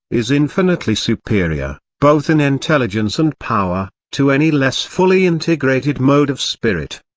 is infinitely superior, both in intelligence and power, to any less fully integrated mode of spirit.